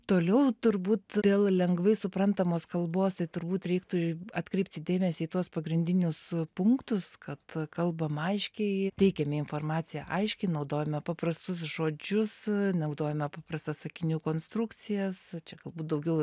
toliau turbūt dėl lengvai suprantamos kalbos tai turbūt reiktų atkreipti dėmesį į tuos pagrindinius punktus kad kalbam aiškiai teikiame informaciją aiškiai naudojome paprastus žodžius naudojome paprastas sakinių konstrukcijas čia galbūt daugiau